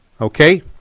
okay